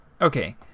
okay